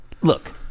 Look